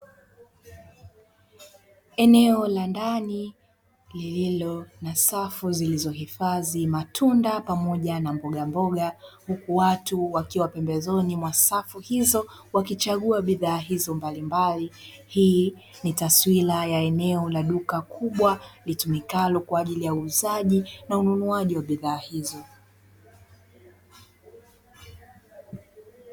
Eneo la ndani lililo na safu zilizohifadhi matunda pamoja na mbogamboga huku watu wakiwa pembezoni mwa safu hizo wakichagua bidhaa hizo mbalimbali. Hii ni taswira ya eneo la duka kubwa litumikalo kwa ajili ya uuzaji na ununuaji wa bidhaa hizo.